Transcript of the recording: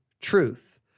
truth